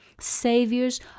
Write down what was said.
Saviors